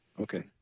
Okay